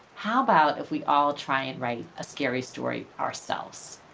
how about if we all try and write ah scary stories ourselves?